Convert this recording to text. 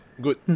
good